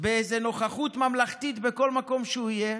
באיזו נוכחות ממלכתית בכל מקום שהוא יהיה.